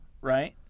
right